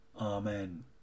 Amen